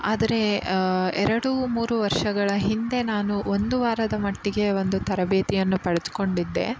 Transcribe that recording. ಆದರೆ ಎರಡು ಮೂರು ವರ್ಷಗಳ ಹಿಂದೆ ನಾನು ಒಂದು ವಾರದ ಮಟ್ಟಿಗೆ ಒಂದು ತರಬೇತಿಯನ್ನು ಪಡೆದುಕೊಂಡಿದ್ದೆ